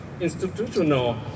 institutional